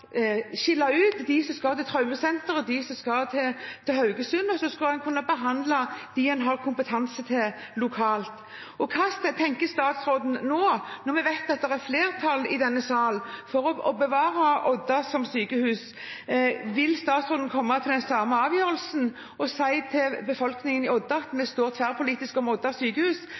skille ut dem som skal til Traumesenteret, og dem som skal til Haugesund, og så skal man kunne behandle det man har kompetanse til, lokalt. Hva tenker statsråden nå når vi vet at det er flertall i denne sal for å bevare Odda sykehus? Vil statsråden komme til den samme avgjørelsen og si til befolkningen i Odda at vi tverrpolitisk står bak Odda sykehus, eller vil han anbefale sin stortingsgruppe faktisk å være imot å bevare Odda sykehus?